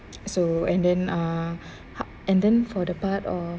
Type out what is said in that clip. so and then err ha~ and then for the part of